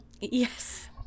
Yes